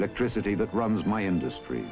electricity that runs my industry